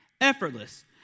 Effortless